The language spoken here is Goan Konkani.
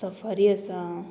सफारी आसा